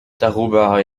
darüber